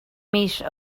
meet